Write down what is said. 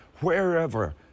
wherever